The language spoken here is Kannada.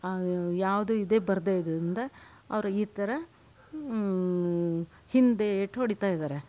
ಯಾವುದು ಇದೇ ಬರದೇ ಇದ್ದುದರಿಂದ ಅವರು ಈ ಥರ ಹಿಂದೇಟು ಹೊಡಿತಾ ಇದ್ದಾರೆ